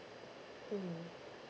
mm